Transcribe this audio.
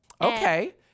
Okay